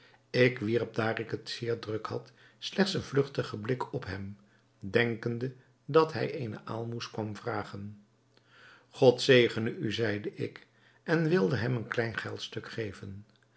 ik wierp daar ik het zeer druk had slechts een vlugtigen blik op hem denkende dat hij eene aalmoes kwam vragen god zegene u zeide ik en wilde hem een klein geldstuk geven